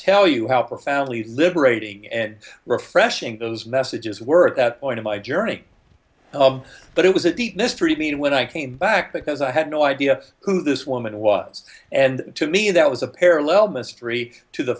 tell you how profoundly liberating and refreshing those messages were at that point of my journey but it was a deep mystery to me when i came back because i had no idea who this woman was and to me that was a parallel mystery to the